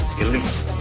elite